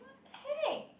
hey